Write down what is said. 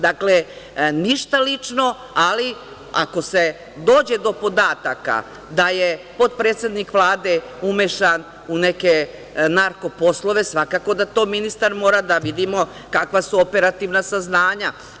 Dakle ništa lično, ali ako se dođe do podataka da je potpredsednik Vlade umešan u neke narko poslove, svakako da to ministar mora da vidi, da vidimo kakva su operativna saznanja.